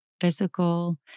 physical